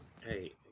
Hey